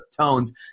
tones